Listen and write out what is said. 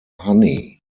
honey